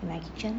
my kitchen